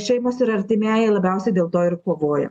šeimos ir artimieji labiausiai dėl to ir kovoja